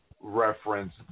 reference